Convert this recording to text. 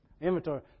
Inventory